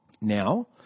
Now